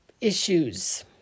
issues